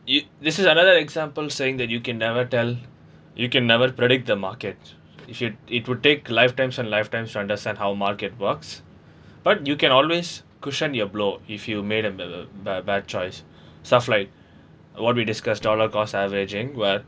you this is another example saying that you can never tell you can never predict the market you should it would take lifetimes and lifetimes to understand how market works but you can always cushion your blow if you made a um bad bad choice stuff like what we discussed dollar cost averaging where